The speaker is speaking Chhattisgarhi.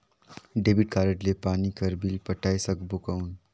डेबिट कारड ले पानी कर बिल पटाय सकबो कौन?